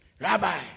Rabbi